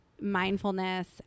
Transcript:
mindfulness